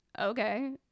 okay